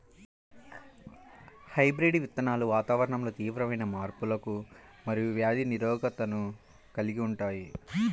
hybrid విత్తనాలు వాతావరణంలో తీవ్రమైన మార్పులకు మరియు వ్యాధి నిరోధకతను కలిగి ఉంటాయి